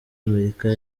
amerika